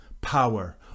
power